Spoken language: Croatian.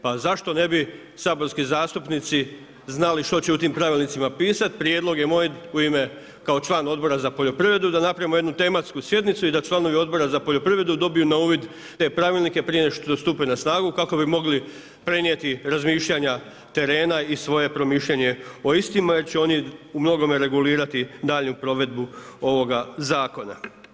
Pa zašto ne bi saborski zastupnici znali što će u tim pravilnicima pisat, prijedlog je moj u ime kao član Odbora za poljoprivredu da napravimo jednu tematsku sjednicu i da članovi Odbora za poljoprivredu dobiju na uvid te pravilnike prije nego što stupe na snagu kako bi mogli prenijeti razmišljanja terena i svoje promišljanje o istima jer će oni u mnogome regulirati daljnju provedbu ovoga zakona.